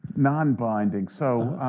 non-binding. so